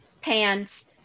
pants